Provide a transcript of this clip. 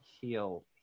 heal